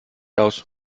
aus